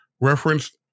reference